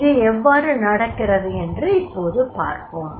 இது எவ்வாறு நடக்கிறது என்று இப்போது பார்ப்போம்